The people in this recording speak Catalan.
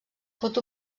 pot